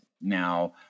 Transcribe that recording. Now